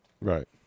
right